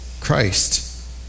Christ